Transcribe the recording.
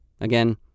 Again